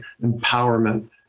Empowerment